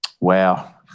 Wow